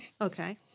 Okay